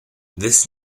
this